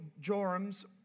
Joram's